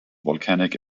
volcanic